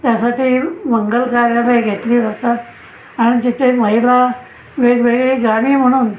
त्यासाठी मंगल कार्यालय घेतली जातात आणि तिथे महिला वेगवेगळी गाणी म्हणून